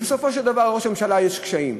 ובסופו של דבר לראש הממשלה יש קשיים,